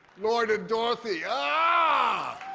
lloyd and dorothy aah!